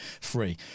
free